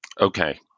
Okay